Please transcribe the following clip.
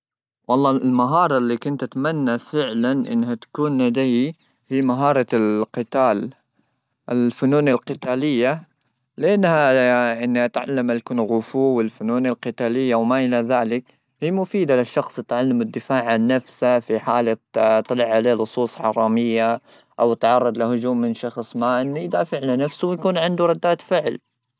والله المهاره اللي كنت اتمنى فعلا انها تكون لدي في مهاره القتال الفنون القتاليه لانها اتعلم الكونغ فو والفنون القتاليه وما الى ذلك هي مفيده للشخص التعلم الدفاع عن نفسه في حاله طلع عليه لصوص حراميه او تعرض لهجوم من شخص ما يدافع عن نفسه ويكون عنده رداد فعل